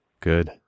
Good